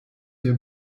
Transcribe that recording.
der